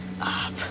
up